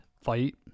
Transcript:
fight